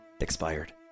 expired